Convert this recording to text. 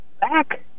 back